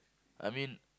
I mean